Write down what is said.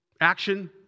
action